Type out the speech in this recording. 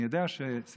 אני יודע שסיימתי,